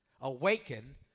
awaken